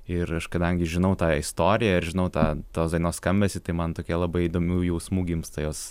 ir aš kadangi žinau tą istoriją ir žinau tą tos dainos skambesį tai man tokie labai įdomių jausmų gimsta jos